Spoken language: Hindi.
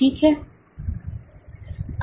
ठीक है